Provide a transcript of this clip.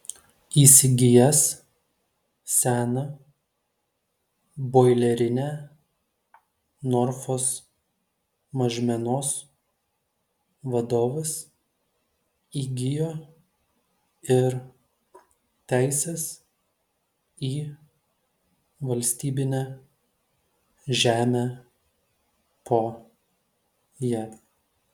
įsigijęs seną boilerinę norfos mažmenos vadovas įgijo ir teises į valstybinę žemę po ja